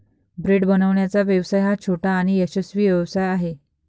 bread बनवण्याचा व्यवसाय हा छोटा आणि यशस्वी व्यवसाय आहे